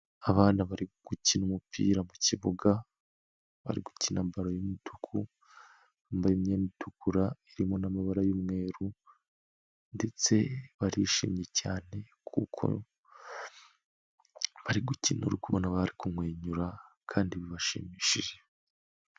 Abana bari gukina umupira mu kibuga, bari gukina baro y'umutuku, bambaye imyenda itukura irimo n'amabara y'umweru, ndetse barishimye cyane kuko bari gukina urukundo, bari kumwenyura kandi bibashimishije.